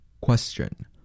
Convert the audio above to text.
Question